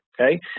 okay